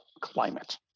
climate